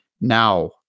now